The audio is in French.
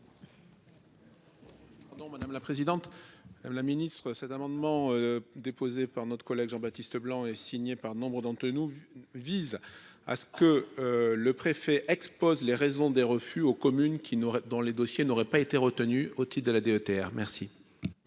madame la présidente, la ministre cet amendement déposé par notre collègue Jean-Baptiste Leblanc et signé par nombre d'entre nous, vise à ce que le préfet expose les raisons des refus aux communes qui n'aurait, dans les dossiers n'aurait pas été retenu au titre de la DETR, merci.